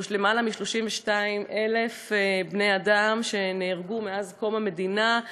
למעלה מ-32,000 בני-אדם נהרגו מאז קום המדינה,